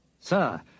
Sir